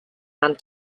hand